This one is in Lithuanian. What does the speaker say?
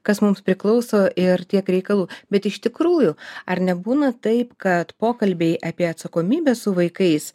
kas mums priklauso ir tiek reikalų bet iš tikrųjų ar nebūna taip kad pokalbiai apie atsakomybę su vaikais